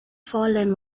fallen